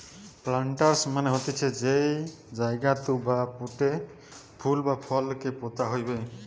planters মানে হতিছে যেই জায়গাতু বা পোটে ফুল বা ফল কে পোতা হইবে